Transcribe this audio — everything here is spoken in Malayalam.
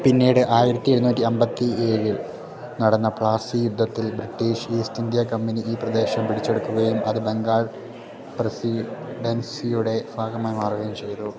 പിന്നീട് ആയിരത്തിയെഴുന്നൂറ്റി അമ്പത്തിയേഴിൽ നടന്ന പ്ലാസി യുദ്ധത്തിൽ ബ്രിട്ടീഷ് ഈസ്റ്റ് ഇന്ത്യാ കമ്പനി ഈ പ്രദേശം പിടിച്ചെടുക്കുകയും അത് ബംഗാൾ പ്രസിഡൻസിയുടെ ഭാഗമായി മാറുകയും ചെയ്തു